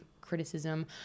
criticism